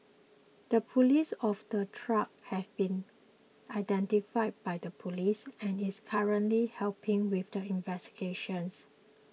the police of the truck has been identified by the police and is currently helping with investigations